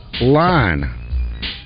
line